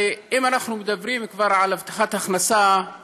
אם אנחנו מדברים כבר על הבטחת הכנסה,